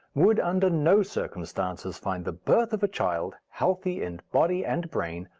would under no circumstances find the birth of a child, healthy in body and brain,